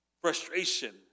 frustration